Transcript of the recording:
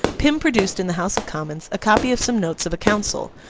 pym produced in the house of commons a copy of some notes of a council,